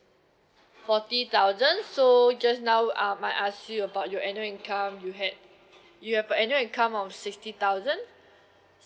forty thousand so just now um I ask you about your annual income you had you have a annual income of sixty thousand